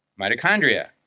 mitochondria